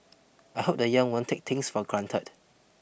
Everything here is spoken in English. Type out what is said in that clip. I hope the young won't take things for granted